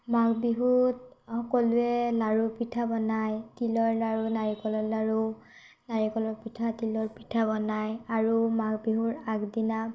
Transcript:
মাঘ বিহুত সকলোৱে লাড়ু পিঠা বনায় তিলৰ লাড়ু নাৰিকলৰ লাড়ু নাৰিকলৰ পিঠা তিলৰ পিঠা বনায় আৰু মাঘ বিহুৰ আগদিনা